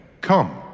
Come